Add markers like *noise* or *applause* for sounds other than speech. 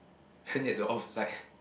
*breath* then they have to off light